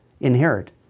inherit